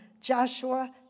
Joshua